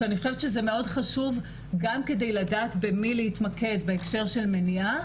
אני חושבת שזה מאוד חשוב גם כדי לדעת במי להתמקד בהקשר של מניעה,